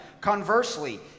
Conversely